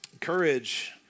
Courage